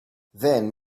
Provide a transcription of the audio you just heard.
then